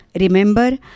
Remember